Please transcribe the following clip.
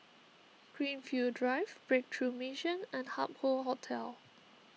Greenfield Drive Breakthrough Mission and Hup Hoe Hotel